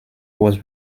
was